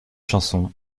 chansons